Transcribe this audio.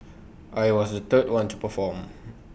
I was the third one to perform